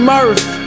Murph